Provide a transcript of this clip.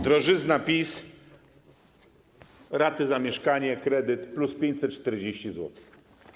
Drożyzna PiS, raty za mieszkanie, kredyt - plus 540 zł.